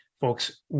folks